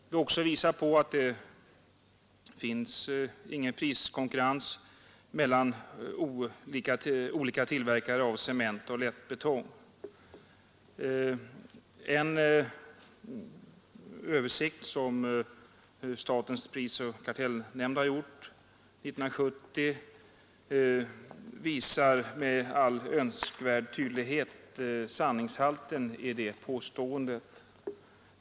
Vi har också visat på att det inte finns någon priskonkurrens mellan olika tillverkare av cement och lättbetong. En översikt som statens prisoch kartellnämnd har gjort 1970 visar med all önskvärd tydlighet sanningshalten i det påståendet.